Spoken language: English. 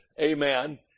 amen